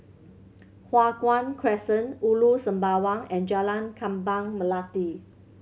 Hua Guan Crescent Ulu Sembawang and Jalan Kembang Melati